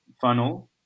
funnel